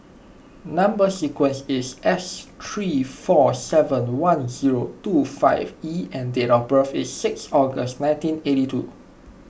Number Sequence is S three four seven one zero two five E and date of birth is sixth August nineteen eighty two